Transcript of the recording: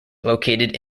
located